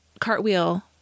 cartwheel